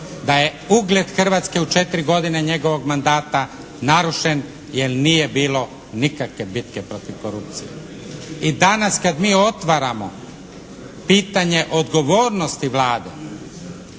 da je ugled Hrvatske u 4 godine njegovom mandata narušen jer nije bilo nikakve bitke protiv korupcije. I danas kad mi otvaramo pitanje odgovornosti Vlade